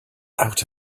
out